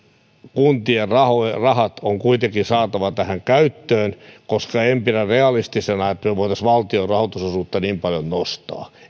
kuntien rahat on kuitenkin saatava tähän käyttöön koska en pidä realistisena että me voisimme valtion rahoitusosuutta niin paljon nostaa